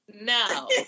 No